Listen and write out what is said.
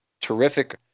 terrific